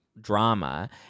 drama